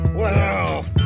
wow